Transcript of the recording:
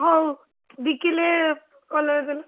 ହଉ ଦୁଇ କିଲୋ କଲରା ଦେଲ